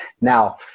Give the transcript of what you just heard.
Now